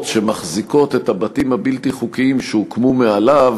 שמחזיקות את הבתים הבלתי-חוקיים שהוקמו מעליו,